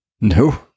No